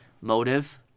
motive